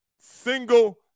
single